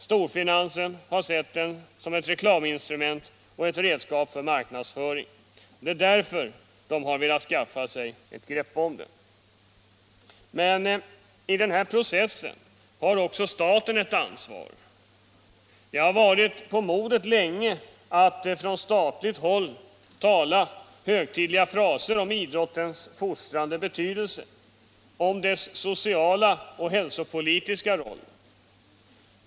Storfinansen har sett den som ett reklaminstrument och ett redskap för marknadsföring. Därför har den velat skaffa sig ett grepp om idrotten. Men i denna process har också staten ett ansvar. Det har varit på modet länge att från statligt håll tala i högtidliga fraser om idrottens fostrande betydelse, om dess sociala och hälsopolitiska roll.